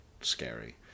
scary